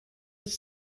its